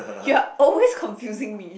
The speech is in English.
you are always confusing me